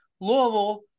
Louisville